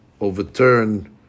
overturn